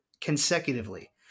consecutively